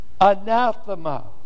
Anathema